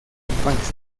infancia